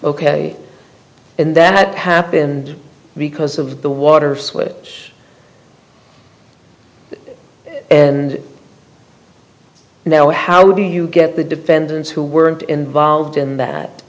ok and that happened because of the water switch and now how do you get the defendants who weren't involved in that